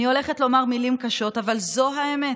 אני הולכת לומר מילים קשות, אבל זו האמת.